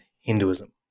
Hinduism